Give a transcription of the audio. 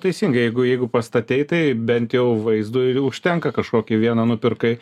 teisingai jeigu jeigu pastatei tai bent jau vaizdui ir užtenka kažkokį vieną nupirkai